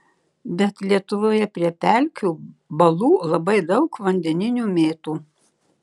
bet lietuvoje prie pelkių balų labai daug vandeninių mėtų